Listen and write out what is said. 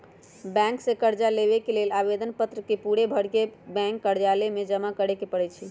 bank से कर्जा लेबे के लेल आवेदन पत्र के पूरे भरके बैंक कर्जालय में जमा करे के परै छै